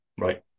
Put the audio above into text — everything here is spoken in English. Right